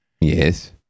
Yes